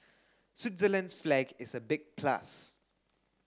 Switzerland's flag is a big plus